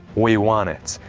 we want it.